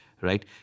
right